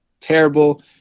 terrible